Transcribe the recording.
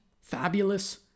fabulous